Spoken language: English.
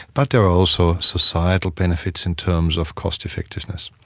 but there are also societal benefits in terms of cost effectiveness.